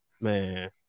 Man